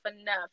enough